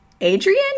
Adrian